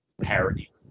parody